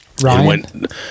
Right